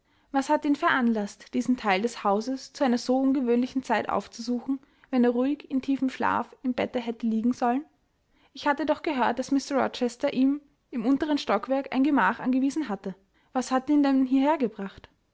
was hatte ihn veranlaßt diesen teil des hauses zu einer so ungewöhnlichen zeit aufzusuchen wenn er ruhig in tiefem schlaf im bette hätte liegen sollen ich hatte doch gehört daß mr rochester ihm im unteren stockwerk ein gemach angewiesen hatte was hatte ihn denn hierher gebracht